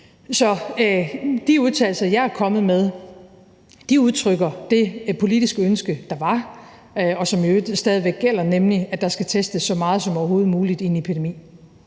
Så de udtalelser, jeg er kommet med, udtrykker det politiske ønske, der var, og som i øvrigt stadig væk gælder, nemlig at der skal testes så meget som overhovedet muligt i en epidemi.